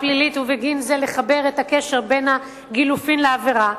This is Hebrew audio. פלילית ובגין זה לחבר את הקשר בין הגילופין לעבירה,